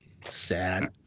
Sad